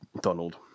Donald